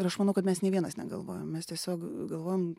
ir aš manau kad mes nei vienas negalvojam mes tiesiog galvojam